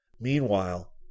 Meanwhile